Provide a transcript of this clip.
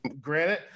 Granted